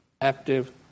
active